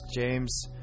James